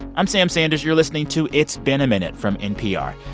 i'm sam sanders. you're listening to it's been a minute from npr.